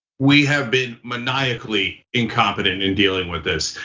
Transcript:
we have been maniacally incompetent in dealing with this.